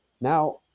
Now